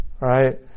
right